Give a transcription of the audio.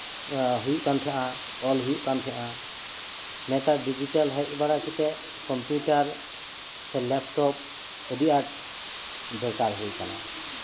ᱦᱩᱭᱩᱜ ᱠᱟᱱ ᱛᱟᱸᱦᱮᱫᱼᱟ ᱚᱞ ᱦᱩᱭᱩᱜ ᱠᱟᱱ ᱛᱟᱸᱦᱮᱱᱟ ᱱᱮᱛᱟᱨ ᱧᱮᱞ ᱵᱟᱲᱟ ᱠᱟᱛᱮᱫ ᱠᱚᱢᱯᱤᱭᱩᱴᱟᱨ ᱥᱮ ᱞᱮᱯᱴᱚᱯ ᱟᱹᱰᱤ ᱟᱸᱴ ᱫᱚᱨᱠᱟᱨ ᱦᱩᱭ ᱟᱠᱟᱱᱟ